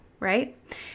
Right